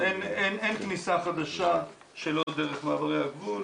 אין כניסה חדשה שלא דרך מעברי הגבול,